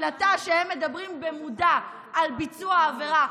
הקלטה שהם מדברים במודע על ביצוע העבירה,